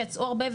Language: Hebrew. שיצאו הרבה,